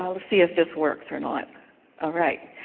um let's see if this works or not alright.